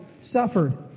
suffered